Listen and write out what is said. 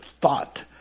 thought